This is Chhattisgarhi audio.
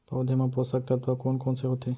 पौधे मा पोसक तत्व कोन कोन से होथे?